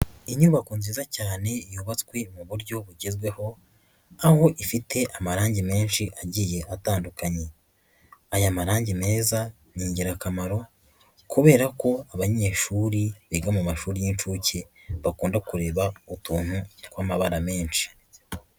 Inyubako nziza cyane yubatswe mu buryo bugezwehoho ifite amarangi menshi agiye atandukanye aya marangi meza ni ingirakamaro kubera ko abanyeshuri biga mu mashuri y'incuke bakunda kureba utuntu tw'amabara menshi.